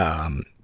um,